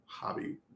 hobby